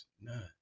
None